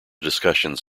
discussions